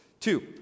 Two